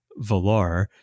Valar